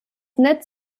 netz